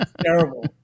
terrible